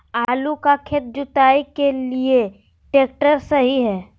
आलू का खेत जुताई के लिए ट्रैक्टर सही है?